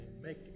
make